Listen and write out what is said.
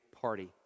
party